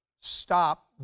stop